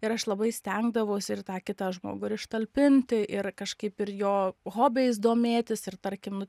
ir aš labai stengdavausi ir tą kitą žmogų ir ištalpinti ir kažkaip ir jo hobiais domėtis ir tarkim